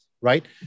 right